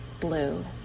blue